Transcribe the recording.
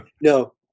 No